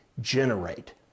generate